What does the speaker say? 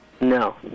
No